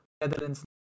Netherlands